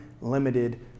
limited